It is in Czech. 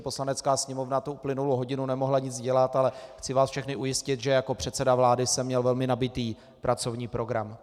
Poslanecká sněmovna tu uplynulou hodinu nemohla nic dělat, ale chci vás všechny ujistit, že jako předseda vlády jsem měl velmi nabitý pracovní program.